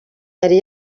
yari